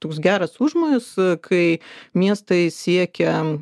toks geras užmojis kai miestai siekia